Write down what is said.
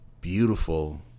beautiful